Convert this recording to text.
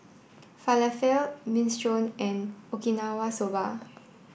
Falafel Minestrone and Okinawa Soba